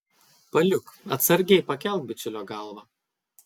paliuk atsargiai pakelk bičiulio galvą